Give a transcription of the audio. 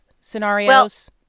scenarios